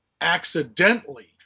accidentally